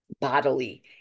bodily